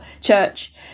church